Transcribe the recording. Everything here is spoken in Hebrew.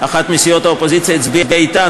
שאחת מסיעות האופוזיציה הצביעה אתנו.